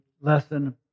lesson